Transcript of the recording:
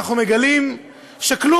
אנחנו מגלים שכלום,